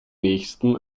nächsten